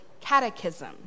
catechism